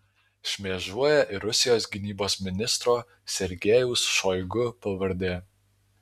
šmėžuoja ir rusijos gynybos ministro sergejaus šoigu pavardė